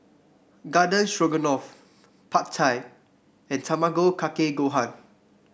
Garden Stroganoff Pad Thai and Tamago Kake Gohan